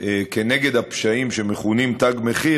כנגד הפשעים שמכונים "תג מחיר",